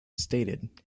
stated